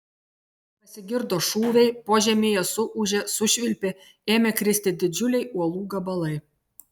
pasigirdo šūviai požemyje suūžė sušvilpė ėmė kristi didžiuliai uolų gabalai